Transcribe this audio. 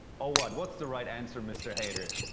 oh what? what's the right answer, mr. hater?